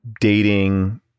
dating